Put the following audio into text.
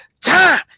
time